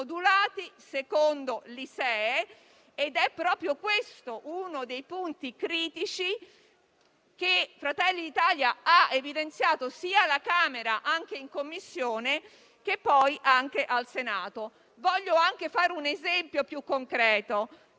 modulati secondo l'ISEE. È proprio questo uno dei punti critici che Fratelli d'Italia ha evidenziato già alla Camera, anche in Commissione, e poi al Senato. Voglio fare un esempio più concreto